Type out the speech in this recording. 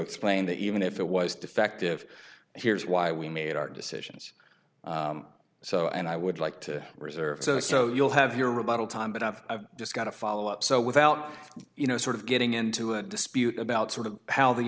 explain that even if it was defective and here's why we made our decisions so and i would like to reserve so so you'll have your rebuttal time but i've just got a follow up so without you know sort of getting into a dispute about sort of how the